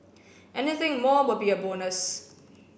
anything more will be a bonus